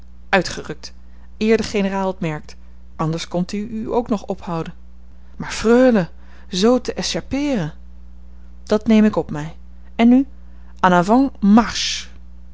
uitgerukt eer de generaal het merkt anders komt die u ook nog ophouden maar freule zoo te échappeeren dat neem ik op mij en nu en avant marche